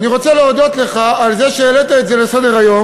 אני רוצה להודות לך על זה שהעלית את זה לסדר-היום,